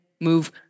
move